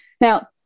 Now